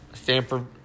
Stanford